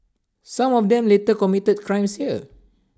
some of them later committed crimes here